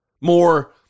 more